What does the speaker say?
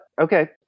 okay